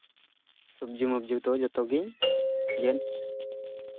ᱥᱚᱵᱡᱤ ᱢᱚᱵᱡᱤ ᱠᱚᱫᱚ ᱡᱚᱛᱚ ᱜᱮᱧ ᱜᱮᱫ ᱜᱮᱫ